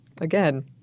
Again